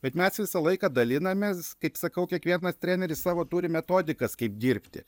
bet mes visą laiką dalinamės kaip sakau kiekvienas treneris savo turi metodikas kaip dirbti